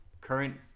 current